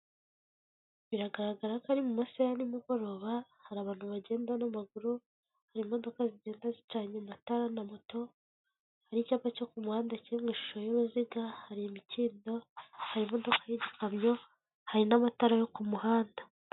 Biragaragara ko ari mu masaha ya nimugoroba, hari abantu bagenda n'amaguru, harimo zigenda zicanye amatara na moto, hari icyapa cyo ku muhanda kiri mu ishusho y'uruziga, hari imikindo, hari imodoka y'ikamyo, hari n'amatara yo ku muhanda.